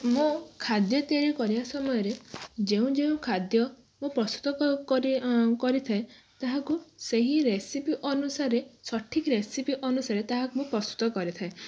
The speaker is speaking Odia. ମୁଁ ଖାଦ୍ୟ ତିଆରି କରିବା ସମୟରେ ଯେଉଁ ଯେଉଁ ଖାଦ୍ୟ ମୁଁ ପ୍ରସ୍ତୁତ କରି ଆ କରିଥାଏ ତାହାକୁ ସେହି ରେସିପି ଅନୁସାରେ ସଠିକ୍ ରେସିପି ଅନୁସାରେ ତାହାକୁ ମୁଁ ପ୍ରସ୍ତୁତ କରିଥାଏ